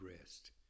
rest